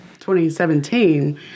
2017